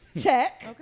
Check